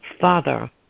father